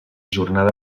jornada